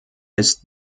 ist